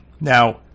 Now